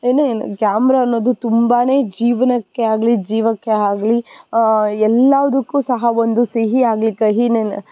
ಏನು ಕ್ಯಾಮ್ರ ಅನ್ನೋದು ತುಂಬ ಜೀವನಕ್ಕೇ ಆಗಲಿ ಜೀವಕ್ಕೇ ಆಗಲಿ ಎಲ್ಲವ್ದಕ್ಕೂ ಸಹ ಒಂದು ಸಿಹಿ ಆಗಲಿ ಕಹಿ ನೆನ್